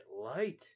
light